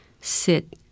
sit